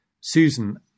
Susan